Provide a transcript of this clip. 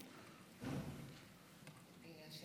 תודה.